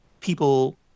people